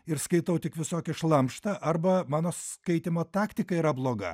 ir skaitau tik visokį šlamštą arba mano skaitymo taktika yra bloga